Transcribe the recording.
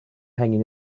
hanging